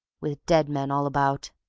with dead men all about,